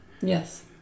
Yes